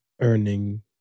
earning